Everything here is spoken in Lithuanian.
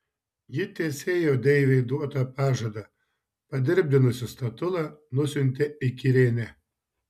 ji tesėjo deivei duotą pažadą padirbdinusi statulą nusiuntė į kirėnę